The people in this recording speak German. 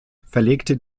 verlegte